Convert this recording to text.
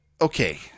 okay